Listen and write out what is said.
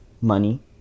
money